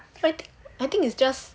like I think is just